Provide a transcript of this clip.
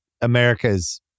America's